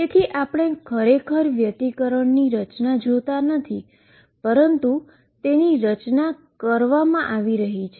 તેથીઆપણે ખરેખર ઈન્ટરફીઅરન્સની પેટર્ન જોતા નથી પરંતુ તેની પેટર્ન કરવામાં આવી રહી છે